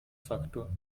faktor